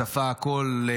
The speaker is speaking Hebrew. צפה הכול,